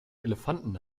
elefanten